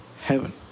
heaven